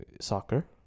soccer